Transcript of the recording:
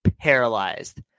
paralyzed